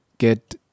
get